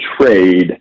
trade